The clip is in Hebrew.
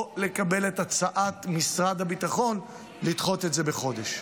או לקבל את הצעת משרד הביטחון לדחות את זה בחודש.